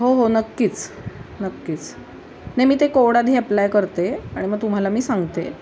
हो हो नक्कीच नक्कीच नाही मी ते कोड आधी अप्लाय करते आणि मग तुम्हाला मी सांगते